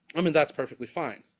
i mean that's perfectly fine.